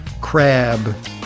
crab